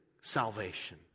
salvation